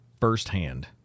firsthand